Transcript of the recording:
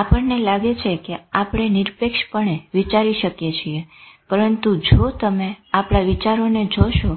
આપણને લાગે છે કે આપણે નિરપેક્ષપણે વિચારી શકીએ છીએ પરંતુ જો તમે આપણા વિચારોને જોશો